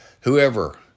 Whoever